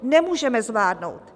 Nemůžeme zvládnout!